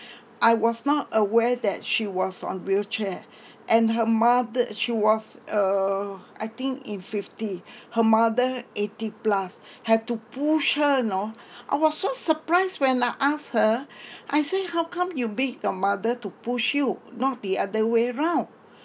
I was not aware that she was on wheelchair and her mother she was uh I think in fifty her mother eighty plus had to push her know I was so surprised when I ask her I say how come you make your mother to push you not the other way round